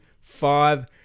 Five